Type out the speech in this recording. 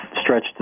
stretch